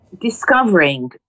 discovering